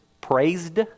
Praised